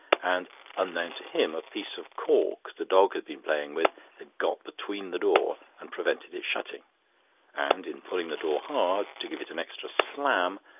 and unknown to him a piece of cork the dog had been playing with had got between the door, and prevented it shutting and in pulling the door hard, to give it an extra slam,